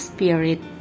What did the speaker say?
Spirit